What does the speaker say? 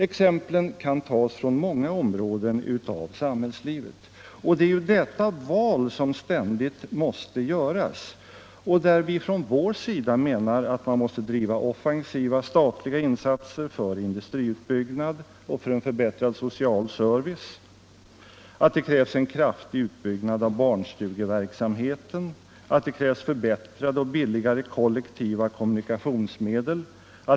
Exemplen kan tas från många områden av samhällslivet. Det är detta val som ständigt måste göras. Och vi menar, som vi har sagt i motionen, att det ”krävs offensiva statliga insatser för industriutbyggnad och för en förbättrad social service. Det krävs en kraftig utbyggnad av barnstugeverksamheten. Det krävs förbättrade och billigare kollektiva kommunikationsmedel.